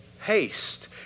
Haste